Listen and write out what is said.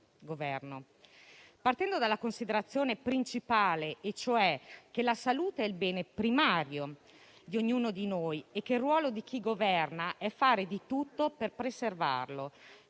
Partiamo dalla considerazione principale, cioè che la salute è il bene primario di ognuno di noi e che il ruolo di chi governa è fare di tutto per preservarla,